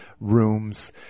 rooms